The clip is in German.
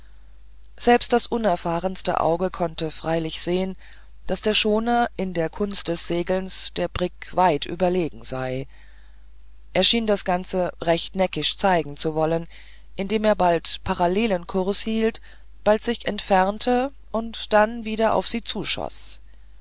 selbst das unerfahrenste auge konnte freilich sehen daß der schoner in der kunst des segelns der brigg weit überlegen sei er schien das gerade recht neckisch zeigen zu wollen indem er bald parallelen kurs hielt bald sich entfernte und dann wieder auf sie zuschoß